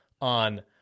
on